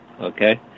okay